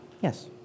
Yes